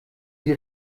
sie